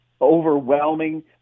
overwhelming